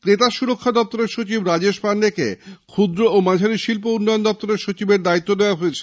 ক্রেতা সুরক্ষা দপ্তরের সচিব রাজেশ পান্ডেকে ক্ষুদ্র ও মাঝারি শিল্প উন্নয়ন দপ্তরের সচিবের দায়িত্ব দেওয়া হয়েছে